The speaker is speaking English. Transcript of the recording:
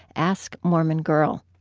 ask mormon girl.